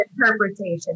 interpretation